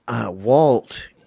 Walt